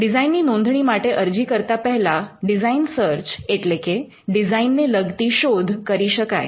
ડિઝાઇનની નોંધણી માટે અરજી કરતા પહેલા ડિઝાઇન સર્ચ એટલે કે ડિઝાઇનને લગતી શોધ કરી શકાય